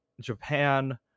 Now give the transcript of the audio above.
Japan